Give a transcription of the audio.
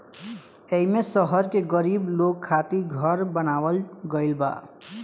एईमे शहर के गरीब लोग खातिर घर बनावल गइल बा